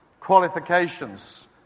qualifications